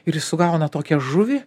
ir jis sugauna tokią žuvį